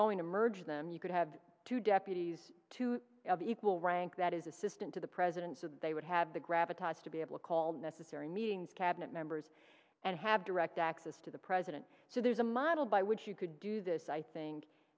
going to merge them you could have two deputies two equal rank that is assistant to the president so they would have the gravitas to be able to call necessary meetings cabinet members and have direct access to the president so there's a model by which you could do this i think